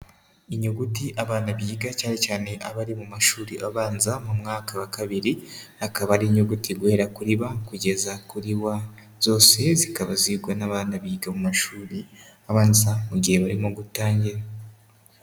Inyuguti abana biga cyane cyane abari mu mashuri abanza mu mwaka wa kabiri, akaba ari inyuguti guhera kuri B kugeza kuri W, zose zikaba zigwa n'abana biga mu mashuri abanza mu gihe barimo gutangira.